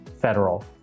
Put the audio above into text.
federal